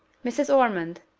mrs. ormond,